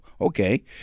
Okay